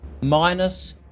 minus